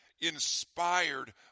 inspired